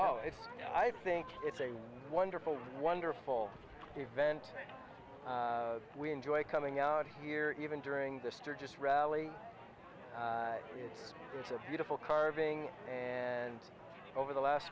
oh i think it's a wonderful wonderful event we enjoy coming out here even during the sturgis rally it's a beautiful carving and over the last